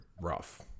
rough